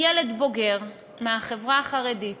ילד בוגר מהחברה החרדית